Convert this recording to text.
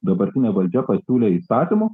dabartinė valdžia pasiūlė įstatymų